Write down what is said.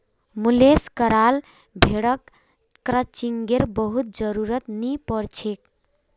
मुलेस कराल भेड़क क्रचिंगेर बहुत जरुरत नी पोर छेक